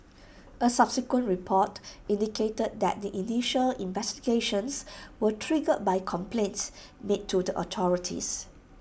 A subsequent report indicated that the initial investigations were triggered by complaints made to the authorities